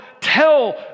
tell